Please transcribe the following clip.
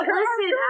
listen